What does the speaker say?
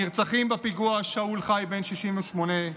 הנרצחים בפיגוע: שאול חי, בן 68,